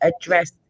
address